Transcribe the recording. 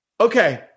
Okay